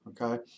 Okay